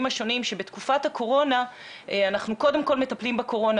השונים שבתקופת הקורונה אנחנו קודם כל מטפלים בקורונה,